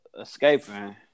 escaping